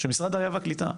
של משרד העלייה והקליטה.